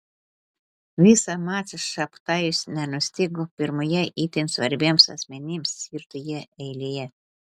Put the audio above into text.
visą mačą šabtajus nenustygo pirmoje itin svarbiems asmenims skirtoje eilėje